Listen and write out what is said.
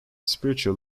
spiritual